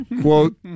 quote